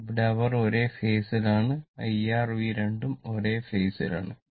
ഇവിടെ അവർ ഒരേ ഫേസ് ൽ ആണ് IR V രണ്ടും ഒരേ ഫേസ് ൽ ആണ്